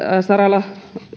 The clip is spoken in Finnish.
saralla